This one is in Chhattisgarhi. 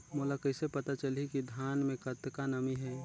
मोला कइसे पता चलही की धान मे कतका नमी हे?